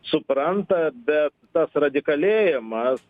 supranta bet tas radikalėjimas